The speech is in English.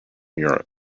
europe